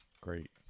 Great